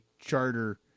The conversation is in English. charter